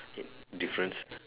difference